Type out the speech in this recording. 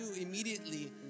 immediately